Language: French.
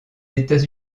états